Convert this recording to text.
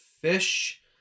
Fish